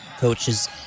coaches